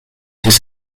his